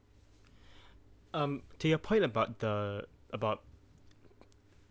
um to your point about the about